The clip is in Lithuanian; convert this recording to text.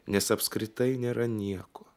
nes apskritai nėra nieko